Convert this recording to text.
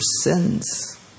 sins